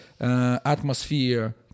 atmosphere